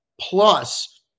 plus